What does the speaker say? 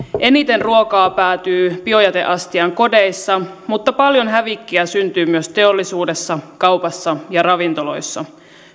eniten ruokaa päätyy biojäteastiaan kodeissa mutta paljon hävikkiä syntyy myös teollisuudessa kaupassa ja ravintoloissa